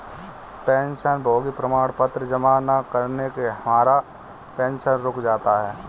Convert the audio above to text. पेंशनभोगी प्रमाण पत्र जमा न करने से हमारा पेंशन रुक जाता है